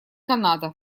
канада